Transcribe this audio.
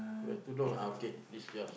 wear tudung ah okay this yours